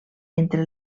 entre